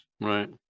Right